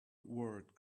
word